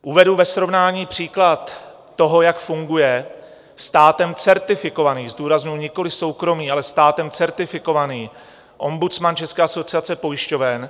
Uvedu ve srovnání příklad toho, jak funguje státem certifikovaný, zdůrazňuji nikoliv soukromý, ale státem certifikovaný ombudsman České asociace pojišťoven.